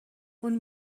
اون